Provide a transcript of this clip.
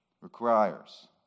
requires